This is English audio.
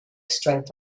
strength